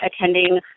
attending